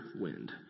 wind